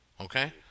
okay